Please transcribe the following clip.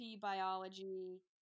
Biology